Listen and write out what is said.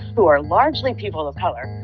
who are largely people of color,